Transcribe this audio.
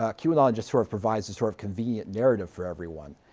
a qanon ah just sort of provides a sort of convenient narrative for everyone.